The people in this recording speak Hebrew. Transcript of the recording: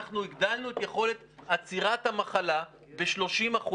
אנחנו הגדלנו את יכולת עצירת המחלה ב-30%